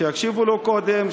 שיקשיבו לו קודם,